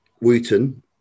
Wooten